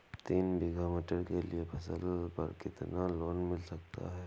तीन बीघा मटर के लिए फसल पर कितना लोन मिल सकता है?